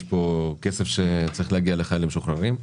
פה כסף שצריך להגיע לחיילים משוחררים,